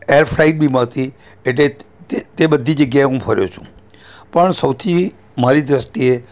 air flight બી મળતી એટલે તે બધી જગ્યાએ હું ફર્યો છું પણ સૌથી મારી દૃષ્ટિએ